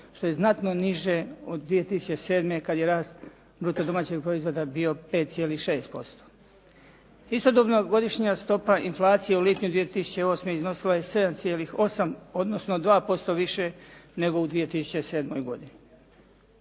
što je znatno niže od 2007. kad je rast bruto domaćeg proizvoda bio 5,6%. Istodobno, godišnja stopa inflacije u lipnju 2008. iznosila je 7,8 odnosno 2% više nego u 2007. godini.